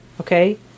okay